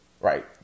right